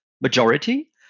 majority